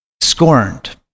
scorned